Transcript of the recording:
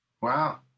Wow